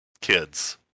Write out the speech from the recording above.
kids